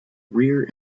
rear